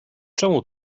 czemu